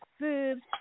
boobs